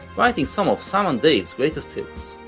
writing some of sam and dave's greatest hits.